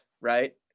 right